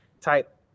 type